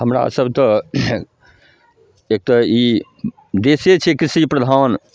हमरा सब तऽ एक तऽ ई देशे छै कृषि प्रधान